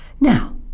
Now